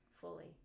fully